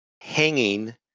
hanging